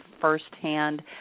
firsthand